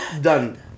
done